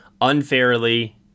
unfairly